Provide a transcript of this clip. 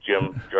Jim